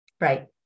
Right